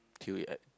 till at